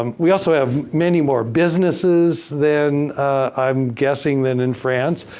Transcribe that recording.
um we also have many more businesses than i'm guessing than in france.